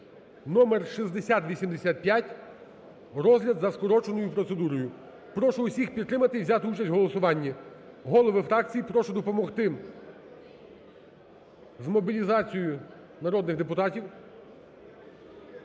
(номер6085), розгляд за скороченою процедурою. Прошу усіх підтримати і взяти участь в голосуванні, голови фракцій, прошу допомогти з мобілізацією народних депутатів.